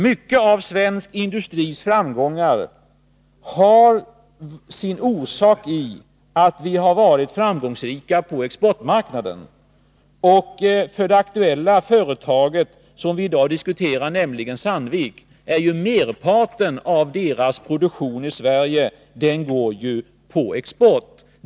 Mycket av svensk industris framgångar har sin orsak i att vi har varit framgångsrika på exportmarknaden, och för det aktuella företag som vi i dag diskuterar, nämligen Sandvik AB, är ju merparten av produktionen i Sverige varor som går på export.